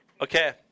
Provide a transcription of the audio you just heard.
Okay